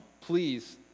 please